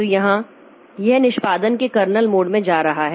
तो यहाँ यह निष्पादन के कर्नेल मोड में जा रहा है